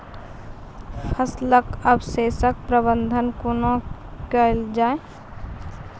फसलक अवशेषक प्रबंधन कूना केल जाये?